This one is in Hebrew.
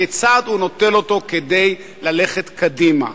כיצד הוא נוטל אותו כדי ללכת קדימה,